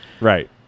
Right